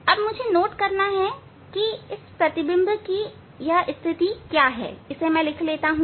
अब मुझे नोट करना है इस प्रतिबिंब की इस स्थिति को मैं लिख लेता हूं